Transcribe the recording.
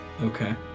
okay